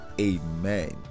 Amen